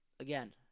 Again